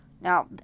Now